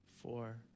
four